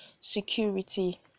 security